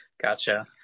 gotcha